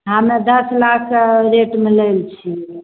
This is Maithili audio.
हमे दस लाखके रेटमे लेल छियै